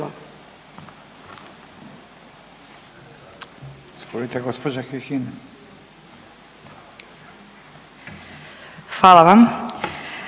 Hvala vam.